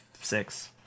six